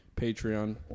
patreon